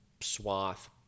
swath